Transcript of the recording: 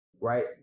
right